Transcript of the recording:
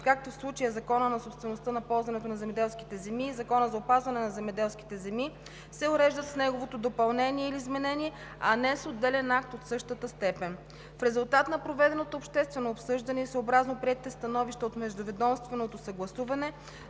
както в случая е Законът за собствеността и ползването на земеделските земи и Законът за опазването на земеделските земи, се уреждат с неговото допълнение или изменение, а не с отделен акт от същата степен. В резултат на проведеното обществено обсъждане и съобразно приетите становища от междуведомственото съгласуване